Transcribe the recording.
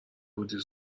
بودی